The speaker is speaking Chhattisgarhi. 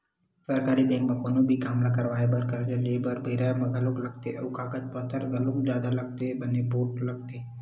सरकारी बेंक म कोनो भी काम ल करवाय बर, करजा लेय बर बेरा घलोक लगथे अउ कागज पतर घलोक जादा लगथे बने पोठ लगथे